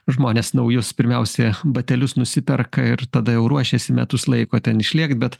žmonės naujus pirmiausia batelius nusiperka ir tada jau ruošiasi metus laiko ten išlėkt bet